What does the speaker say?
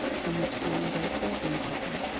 from which owen graye's bedroom opened,